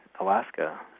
Alaska